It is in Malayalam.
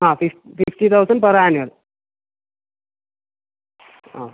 ആ ഫിഫ്റ്റി തൗസൻഡ് പെർ ആനുവൽ ആ